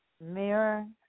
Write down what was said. Mirror